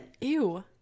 Ew